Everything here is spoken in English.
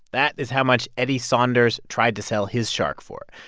that is how much eddie saunders tried to sell his shark for.